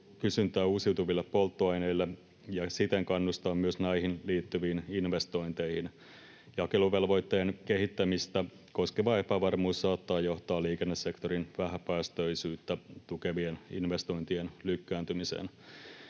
kysyntää uusiutuville polttoaineille ja siten kannustaa myös näihin liittyviin investointeihin. Jakeluvelvoitteen kehittämistä koskeva epävarmuus saattaa johtaa liikennesektorin vähäpäästöisyyttä tukevien investointien lykkääntymiseen.